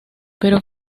pero